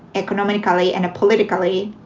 economically and politically.